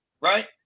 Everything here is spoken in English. right